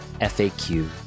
FAQ